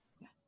Yes